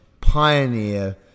pioneer